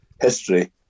history